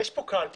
יש פה קלפי